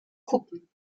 kuppen